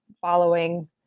following